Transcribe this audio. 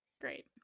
Great